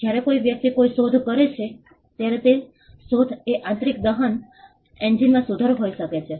જ્યારે કોઈ વ્યક્તિ કોઈ શોધ કરે છે ત્યારે તે શોધ એ આંતરિક દહન એન્જિનમાં સુધારો હોઈ શકે છે